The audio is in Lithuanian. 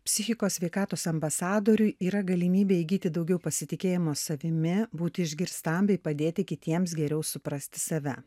psichikos sveikatos ambasadoriui yra galimybė įgyti daugiau pasitikėjimo savimi būti išgirstam bei padėti kitiems geriau suprasti save